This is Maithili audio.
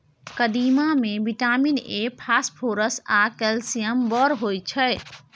कदीमा मे बिटामिन ए, फास्फोरस आ कैल्शियम बड़ होइ छै